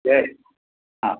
जय हा